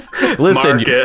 Listen